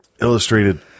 illustrated